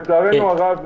לצערנו הרב,